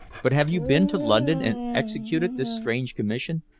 but have you been to london and executed this strange commission?